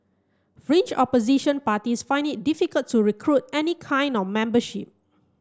fringe opposition parties find it difficult to recruit any kind of membership